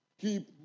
keep